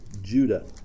Judah